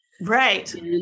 Right